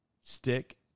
stick